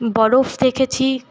বরফ দেখেছি